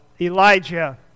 Elijah